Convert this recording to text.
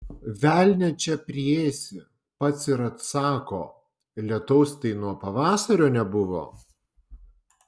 velnią čia priėsi pats ir atsako lietaus tai nuo pavasario nebuvo